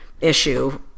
issue